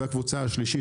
הקבוצה השלישית,